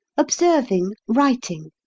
observing, writing.